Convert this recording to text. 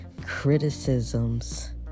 criticisms